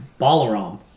Balaram